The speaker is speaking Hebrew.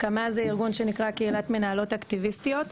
וקמא זה ארגון שנקרא קהילת מנהלות אקטיביסטיות,